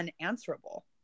unanswerable